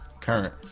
current